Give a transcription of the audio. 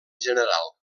general